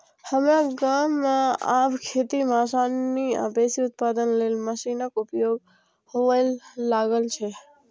हमरा गाम मे आब खेती मे आसानी आ बेसी उत्पादन लेल मशीनक उपयोग हुअय लागल छै